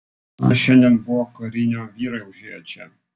na šiandien buvo karinio vyrai užėję čia